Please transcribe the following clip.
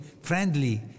friendly